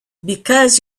because